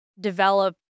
develop